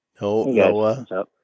Noah